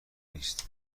نیست